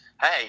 hey